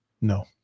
No